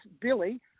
Billy